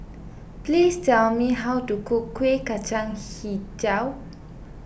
please tell me how to cook Kuih Kacang HiJau